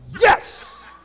yes